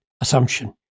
assumption